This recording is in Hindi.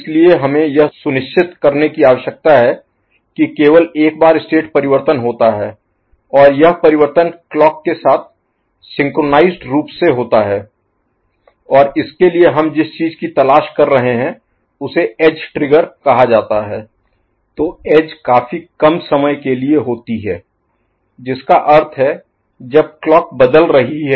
इसलिए हमें यह सुनिश्चित करने की आवश्यकता है कि केवल एक बार स्टेट परिवर्तन होता है और यह परिवर्तन क्लॉक के साथ सिंक्रोनीज़ेड रूप से होता है और इसके लिए हम जिस चीज की तलाश कर रहे हैं उसे एज ट्रिगर कहा जाता है तो एज काफी कम समय के लिए होती है जिसका अर्थ है जब क्लॉक बदल रही है